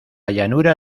llanura